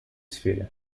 сфере